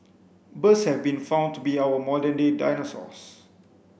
birds have been found to be our modern day dinosaurs